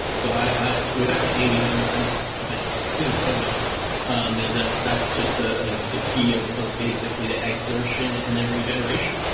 so without eight i'm i'm just a mess in some ways um and that's that's just ah ah the key of of basically ah exertion and then regeneration.